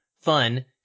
fun